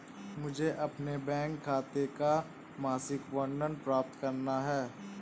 मुझे अपने बैंक खाते का मासिक विवरण प्राप्त करना है?